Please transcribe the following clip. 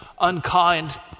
unkind